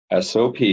SOP